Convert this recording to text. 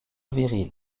viril